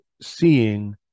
seeing